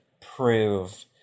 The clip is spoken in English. prove